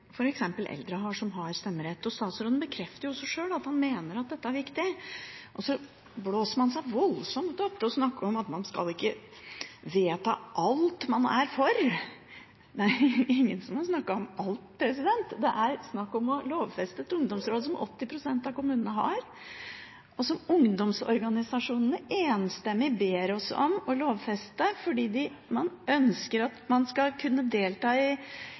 eldre, som har stemmerett, har. Statsråden bekrefter også at han mener dette er viktig. Så blåser man seg voldsomt opp og snakker om at man ikke skal vedta alt man er for. Det er ingen som har snakket om alt, det er snakk om å lovfeste et ungdomsråd, som 80 pst. av kommunene har, og som ungdomsorganisasjonene enstemmig ber oss om å lovfeste fordi man ønsker å kunne delta i